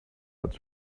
out